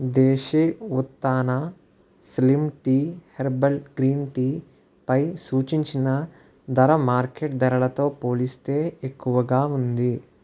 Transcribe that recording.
దేశీ Utthana slim tea herbal green tea పై సూచించిన ధర మార్కెట్ ధరలతో పోలిస్తే ఎక్కువగా ఉంది